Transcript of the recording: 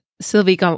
Sylvie